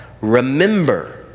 Remember